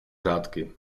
řádky